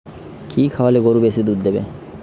কি খাওয়ালে গরু বেশি দুধ দেবে?